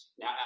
Now